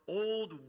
old